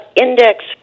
index